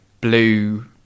blue